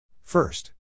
First